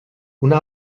una